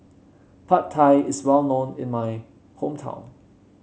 Pad Thai is well known in my hometown